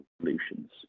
solutions